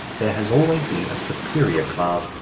there has always been a superior class,